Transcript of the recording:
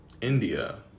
India